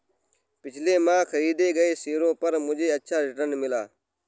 पिछले माह खरीदे गए शेयरों पर मुझे अच्छा रिटर्न मिला